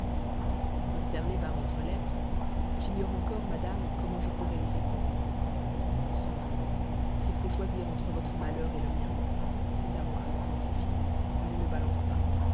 consterné par votre lettre j'ignore encore madame comment je pourrai y répondre sans doute s'il faut choisir entre votre malheur le mien c'est à moi à me sacrifier je ne balance pas